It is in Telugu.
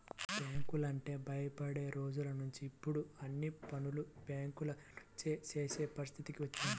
బ్యాంకులంటే భయపడే రోజులనుంచి ఇప్పుడు అన్ని పనులు బ్యేంకుల నుంచే చేసే పరిస్థితికి వచ్చాం